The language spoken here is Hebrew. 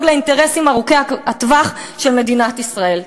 לאינטרסים ארוכי הטווח של מדינת ישראל.